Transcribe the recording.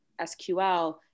SQL